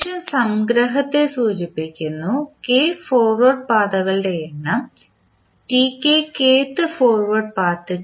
സംഗ്രഹത്തെ സൂചിപ്പിക്കുന്നു k forward പാതകളുടെ എണ്ണം kth ഫോർവേഡ് പാത്ത് ഗേയിൻ